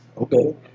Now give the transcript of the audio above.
okay